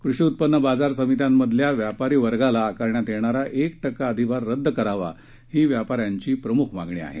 कृषी उत्पन्न बाजार समित्यांमधल्या व्यापारी वर्गाला आकारण्यात येणारा एक टक्का अधिभार रद्द करावा ही व्यापाऱ्यांची प्रमुख मागणी आहे